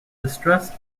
distressed